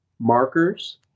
Markers